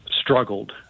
struggled